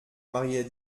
marier